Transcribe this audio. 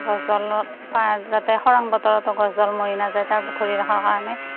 গছডালত তাৰ যাতে খৰাং বতৰতো গছডাল মৰি নাযায় তাৰ ধৰি ৰখাৰ কাৰণে